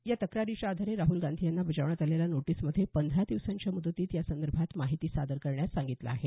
या तक्रारीच्या आधारे राहल गांधी यांना बजावण्यात आलेल्या नोटीसमध्ये पंधरा दिवसांच्या मुदतीत यासंदर्भात माहिती सादर करण्यास सांगितलं आहे